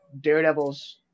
Daredevil's